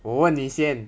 我问你先